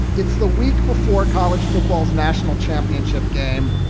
it's the week before college football's national championship game.